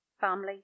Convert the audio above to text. family